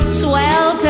swell